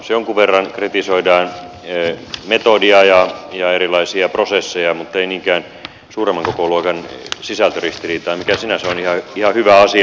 jonkun verran kritisoidaan metodia ja erilaisia prosesseja mutta ei ole niinkään suuremman kokoluokan sisältöristiriitaa mikä sinänsä on ihan hyvä asia